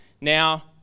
Now